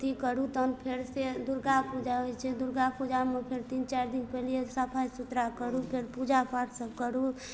अथी करू तहन फेर से दुर्गापूजा होइ छै दुर्गापूजामे फेर तीन चारि दिन पहिने सफाइ सुथरा करू फेर पूजापाठ सब करू